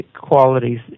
qualities